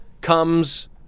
comes